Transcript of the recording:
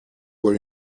were